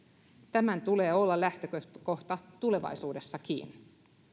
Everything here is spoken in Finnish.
tämän tulee olla lähtökohta tulevaisuudessakin